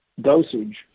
dosage